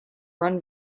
run